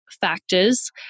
factors